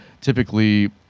typically